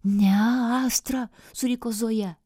ne astra suriko zoja